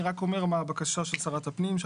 אני רק אומר מה הבקשה של שרת הפנים.